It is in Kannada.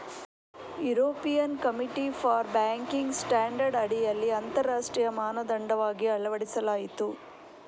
European committee for banking standard ಅಡಿಯಲ್ಲಿ ಅಂತರರಾಷ್ಟ್ರೀಯ ಮಾನದಂಡವಾಗಿ ಅಳವಡಿಸಲಾಯಿತು